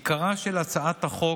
עיקרה של הצעת החוק,